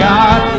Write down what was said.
God